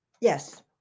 yes